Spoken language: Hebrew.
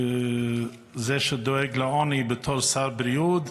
כזה שדואג לעוני בתור שר בריאות,